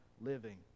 living